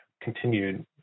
continued